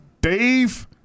Dave